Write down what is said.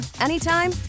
anytime